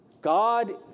God